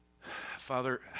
Father